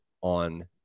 on